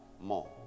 more